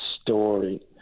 story